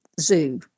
zoo